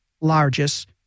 largest